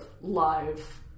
live